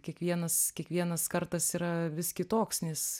kiekvienas kiekvienas kartas yra vis kitoks nes